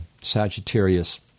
Sagittarius